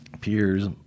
peers